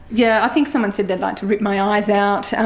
yeah i think someone said they'd like to rip my eyes out, and